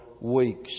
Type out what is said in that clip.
weeks